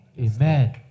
Amen